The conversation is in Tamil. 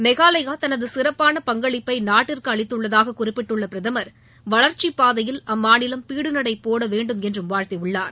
மேகாலாயா தனது சிறப்பான பங்களிப்பை நாட்டிற்கு அளித்துள்ளதாக குறிப்பிட்டுள்ள பிரதமர் வளர்ச்சிப் பாதையில் அம்மாநிலம் பீடுநடை போட வேண்டும் என்றும் வாழ்த்தியுள்ளார்